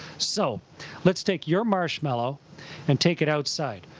so let's take your marshmallow and take it outside.